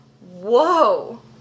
whoa